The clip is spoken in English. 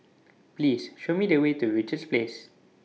Please Show Me The Way to Richards Place